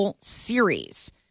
series